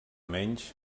menys